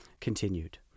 continued